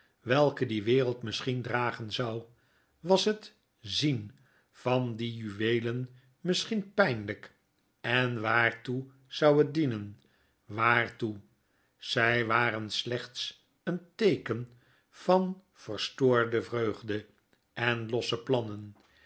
welke die wereld misschien dragen zou was het zien van die juweelen misschien pynljjk en waartoe zou het dienen waartoe zjj waren slechts een teeken van verstoorde vreugde en losse plannen